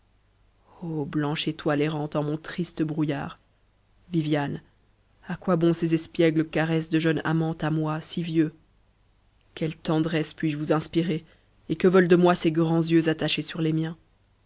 blanche étoile errante en mon triste brouillard viviane à quoi bon ces espiègles caresses de jeune amante à moi si vieux queues tendresses puis-je vous inspirer et que veulent de moi ces grands yeux attachés sur les miens